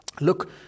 look